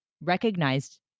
recognized